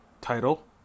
title